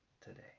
today